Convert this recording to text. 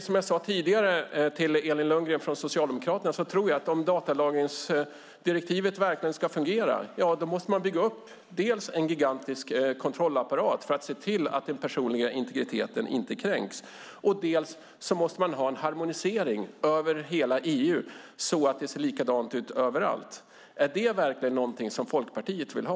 Som jag sade tidigare till Elin Lundgren från Socialdemokraterna tror jag att om datadirektivet verkligen ska fungera måste man dels bygga upp en gigantisk kontrollapparat så att den personliga integriteten inte kränks, dels ha en harmonisering över hela EU så att det ser likadant ut överallt. Är det verkligen någonting som Folkpartiet vill ha?